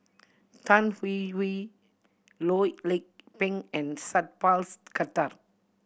Tan Hwee Hwee Loh Lik Peng and Sat Pals Khattar